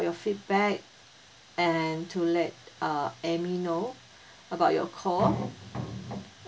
your feedback and to let uh amy know about your call